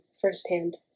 firsthand